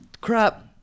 Crap